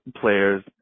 players